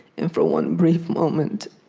and for one brief moment,